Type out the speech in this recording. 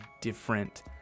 different